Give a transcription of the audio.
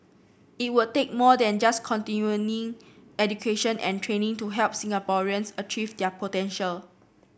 it will take more than just continuing education and training to help Singaporeans achieve their potential